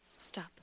stop